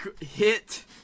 hit